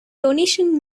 donation